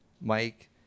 Mike